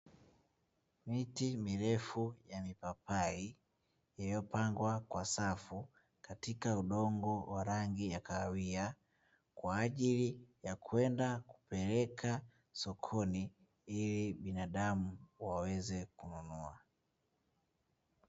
Miti mirefu ya mipapai, iliyopangwa kwa safu katika udongo wa rangi ya kahawia, kwa ajili ya kwenda kupeleka sokoni ili binadamu waweze kununua.